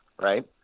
right